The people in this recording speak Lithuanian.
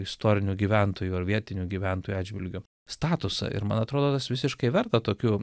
istorinių gyventojų ar vietinių gyventojų atžvilgiu statusą ir man atrodo tas visiškai verta tokiu